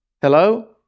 Hello